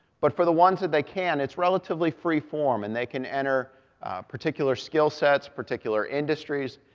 but for the ones that they can, it's relatively free-form, and they can enter particular skill sets, particular industries,